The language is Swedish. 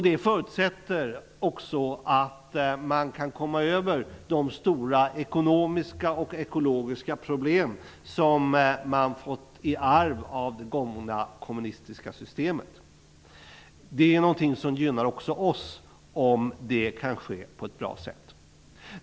Det förutsätter också att man kan komma över de stora ekonomiska och ekologiska problem som man har fått i arv av det gamla kommunistiska systemet. Om detta kan ske på ett bra sätt gynnar det också oss.